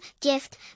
gift